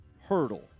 hurdle